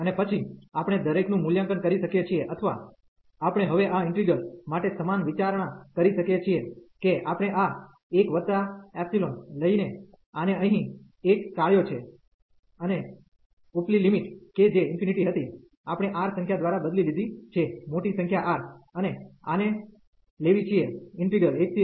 અને પછી આપણે દરેકનું મૂલ્યાંકન કરી શકીએ છીએ અથવા આપણે હવે આ ઈન્ટિગ્રલ માટે સમાન વિચારણા કરી શકીએ છીએ કે આપણે આ 1ϵ લઈને આને અહીં એક ટાળ્યો છે અને ઉપલી લિમિટ કે જે ∞ હતી આપણે R સંખ્યા દ્વારા બદલી લીધી છે મોટી સંખ્યા R અને આને લેવી છીએ 1R1xx 1dx